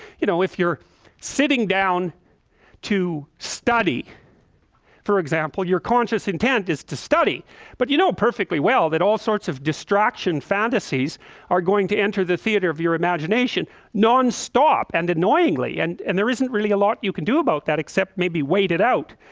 you know if you're sitting down to study for example your conscious intent is to study but you know perfectly well that all sorts of distraction fantasies are going to enter the theater of your imagination non-stop and annoyingly and and there isn't really a lot you can do about that except maybe wait it out,